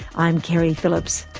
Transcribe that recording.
i'm keri phillips.